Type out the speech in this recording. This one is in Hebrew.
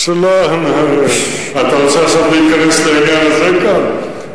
אתה רוצה עכשיו להיכנס לעניין הזה כאן?